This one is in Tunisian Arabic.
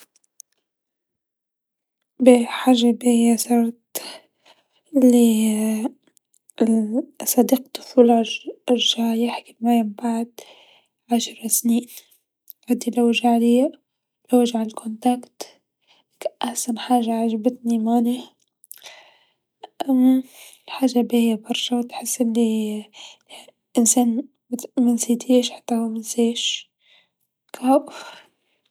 باهي حاجه باهيا صرت لي الصديق الطفوله أرجع يحكي معايا منبعد عشر سنين، قعد يلوج عليا، يلوج على كونتاكت، أحسن حاجه عجبتني معناه حاجه باهيا برشا و تحس ألي الإنسان منسيتيهش حتى هو ما نساكش أهو.